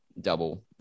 double